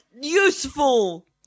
useful